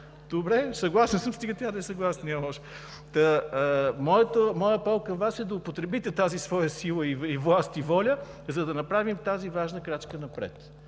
Добре, съгласен съм, стига тя да е съгласна. (Оживление.) Моят апел към Вас е да употребите тази своя сила, власт и воля, за да направим тази важна крачка напред.